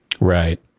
Right